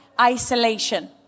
isolation